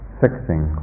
fixing